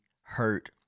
hurt